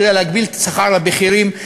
כדי להגביל את שכר הבכירים.